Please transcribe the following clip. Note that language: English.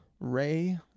ray